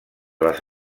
les